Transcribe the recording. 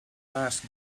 last